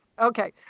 okay